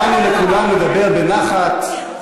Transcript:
נתנו לכולם לדבר בנחת,